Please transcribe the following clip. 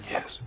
Yes